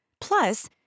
Plus